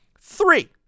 Three